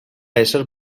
ésser